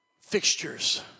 fixtures